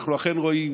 ואנחנו אכן רואים